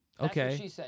Okay